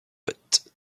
but